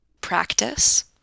practice